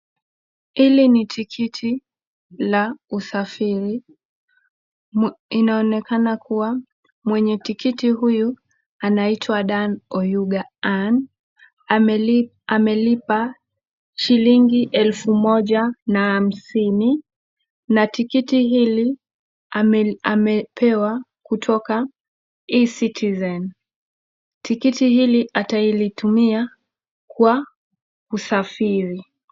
Hili ni tiketi la usafiri ,inaonekana kuwa mwenye tiketi huyu anaitwa Dan Oyuga Ann. Amelipa shilingi alfu moja na hamsini, na tiketi hili amepewa kutoka e-citizen. Tiketi hili atailitumia kwa usafiri.